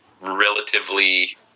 relatively